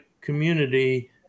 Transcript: community